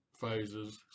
phases